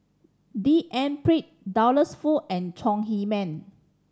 D N Pritt Douglas Foo and Chong Heman